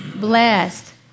blessed